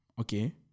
Okay